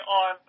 on